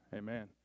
Amen